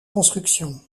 construction